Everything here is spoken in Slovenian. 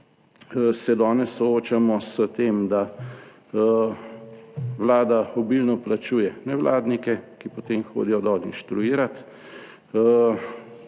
se danes soočamo s tem, da Vlada obilno plačuje nevladnike, ki potem hodijo dol inštruirati,